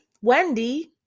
Wendy